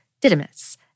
Didymus